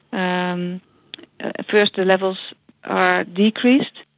um ah first the levels are decreased,